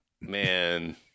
Man